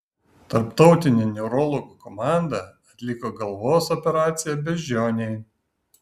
tarptautinė neurologų komanda atliko galvos operaciją beždžionei